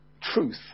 truth